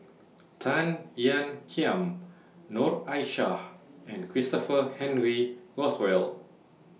Tan Ean Kiam Noor Aishah and Christopher Henry Rothwell